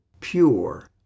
pure